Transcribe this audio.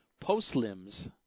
post-limbs